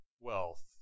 wealth